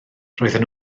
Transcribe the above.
roedden